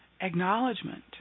acknowledgement